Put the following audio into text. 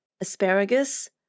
asparagus